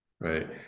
right